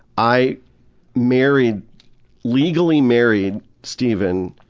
i married legally married stephen,